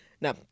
Now